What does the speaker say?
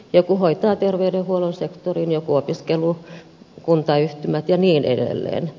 joku hoitaa terveydenhuollon sektorin joku opiskelukuntayhtymät ja niin edelleen